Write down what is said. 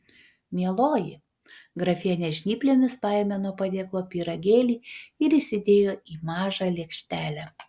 mieloji grafienė žnyplėmis paėmė nuo padėklo pyragėlį ir įsidėjo į mažą lėkštelę